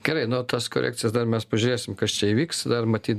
gerai nu o tas korekcijos dar mes pažiūrėsim kas čia įvyks dar matyt